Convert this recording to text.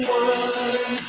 one